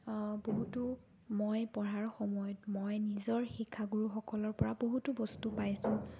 বহুতো মই পঢ়াৰ সময়ত মই নিজৰ শিক্ষাগুৰুসকলৰ পৰা বহুতো বস্তু পাইছোঁ